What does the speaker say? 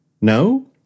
No